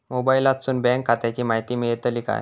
मोबाईलातसून बँक खात्याची माहिती मेळतली काय?